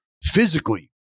Physically